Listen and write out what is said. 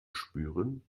spüren